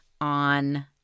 on